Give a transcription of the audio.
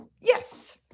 Yes